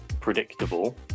predictable